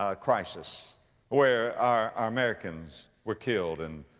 ah crisis where our, our americans were killed and,